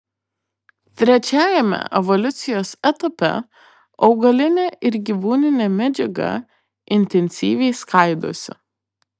trečiajame evoliucijos etape augalinė ir gyvūninė medžiaga intensyviai skaidosi